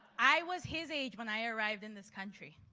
i was his age when i arrived in this country.